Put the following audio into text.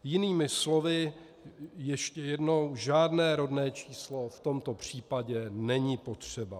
Jinými slovy, ještě jednou žádné rodné číslo v tomto případě není potřeba.